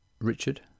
Richard